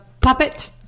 puppet